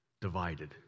divided